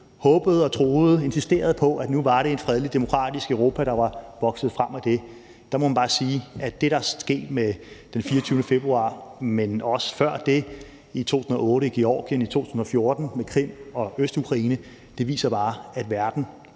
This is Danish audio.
håbede, troede og insisterede på, at nu var det et fredeligt og demokratisk Europa, der var vokset frem af det. Der må man bare sige, at det, der er sket med den 24. februar i år, men også før det, i 2008 i Georgien og i 2014 med Krim og Østukraine, bare viser, at verden